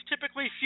typically